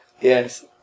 Yes